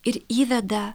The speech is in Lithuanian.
ir įveda